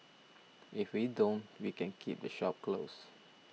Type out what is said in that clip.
if we don't we can keep the shop closed